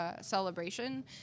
celebration